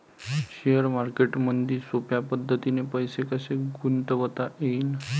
Share मार्केटमधी सोप्या पद्धतीने पैसे कसे गुंतवता येईन?